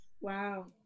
wow